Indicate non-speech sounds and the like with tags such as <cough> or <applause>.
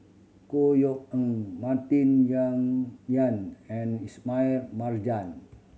Chor Yeok Eng Martin <unintelligible> Yan and Ismail Marjan